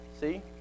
see